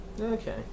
okay